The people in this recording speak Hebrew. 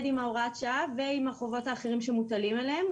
עם הוראת השעה ועם החובות האחרים שמוטלים עליהם,